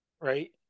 right